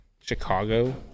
Chicago